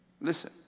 Listen